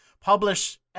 publish